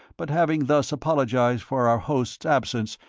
but having thus apologized for our host's absence,